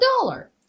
dollar